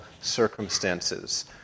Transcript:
circumstances